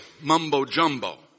mumbo-jumbo